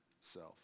self